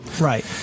Right